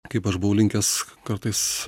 kaip aš buvau linkęs kartais